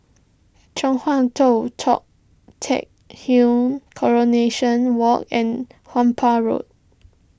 Chong Hua Tong Tou Teck Coronation Walk and Road